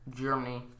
Germany